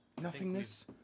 nothingness